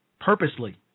purposely